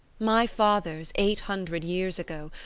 my fathers, eight hundred years ago,